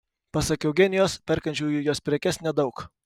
pasak eugenijos perkančiųjų jos prekes nedaug